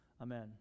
amen